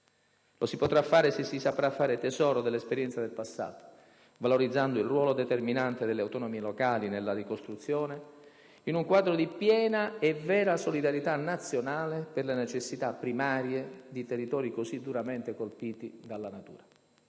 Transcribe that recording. Lo si potrà fare se si saprà fare tesoro dell'esperienza del passato, valorizzando il ruolo determinante delle autonomie locali nella ricostruzione, in un quadro di piena e vera solidarietà nazionale per le necessità primarie di territori così duramente colpiti dalla natura.